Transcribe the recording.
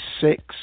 six